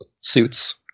suits